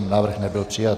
Návrh nebyl přijat.